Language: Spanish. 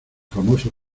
famoso